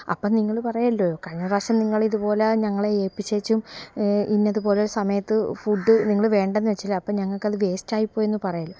അപ്പം നിങ്ങൾ പറയുമല്ലോ കഴിഞ്ഞ പ്രാവശ്യം നിങ്ങളിതുപോല ഞങ്ങളെ ഏല്പിച്ചേച്ചും ഇന്നതുപോല ഒരു സമയത്ത് ഫുഡ് നിങ്ങൾ വേണ്ടെന്ന് വച്ചില്ലേ അപ്പം ഞങ്ങൾക്കത് വെയ്സ്റ്റായിപ്പോയെന്ന് പറയല്